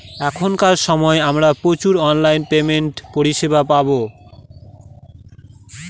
এখনকার সময় আমরা প্রচুর অনলাইন পেমেন্টের পরিষেবা পাবো